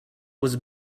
was